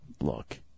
Look